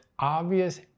obvious